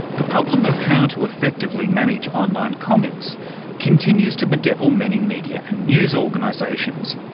the problem of how to effectively manage online comments continues to bedevil many media and news organisations.